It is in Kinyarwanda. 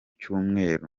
cyumweru